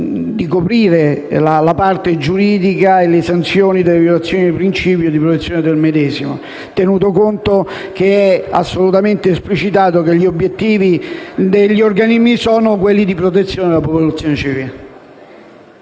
di coprire la parte giuridica e le sanzioni delle violazioni del principio di protezione del medesimo, tenuto conto che è assolutamente esplicitato che gli obiettivi degli organismi sono di protezione della popolazione civile.